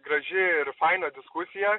graži ir faina diskusija